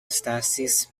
stasis